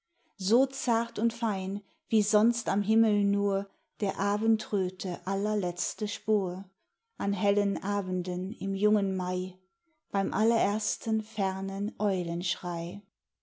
so zart und fein wie sonst am himmel nur der abendröte allerletzte spur an hellen abenden im jungen mai beim allerersten fernen